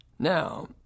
Now